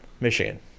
Michigan